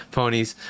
ponies